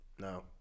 No